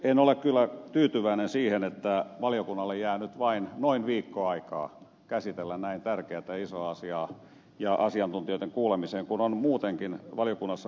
en ole kyllä tyytyväinen siihen että valiokunnalle jää nyt vain noin viikko aikaa käsitellä näin tärkeätä ja isoa asiaa ja kuulla asiantuntijoita kun on muutenkin valiokunnassa paljon työtä